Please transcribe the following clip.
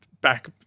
back